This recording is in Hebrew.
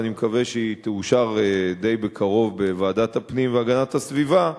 ואני מקווה שהיא תאושר די בקרוב בוועדת הפנים והגנת הסביבה,